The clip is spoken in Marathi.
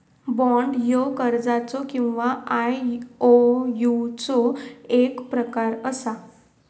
बाँड ह्यो कर्जाचो किंवा आयओयूचो एक प्रकार असा